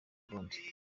burundi